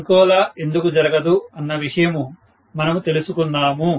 ఇంకోలా ఎందుకు జరగదు అన్న విషయము మనము తెలుసుకుందాము